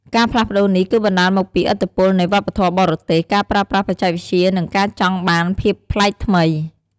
ការផ្លាស់ប្ដូរនេះគឺបណ្ដាលមកពីឥទ្ធិពលនៃ វប្បធម៌បរទេស ការប្រើប្រាស់បច្ចេកវិទ្យា និងការចង់បានភាពប្លែកថ្មី។